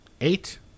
Eight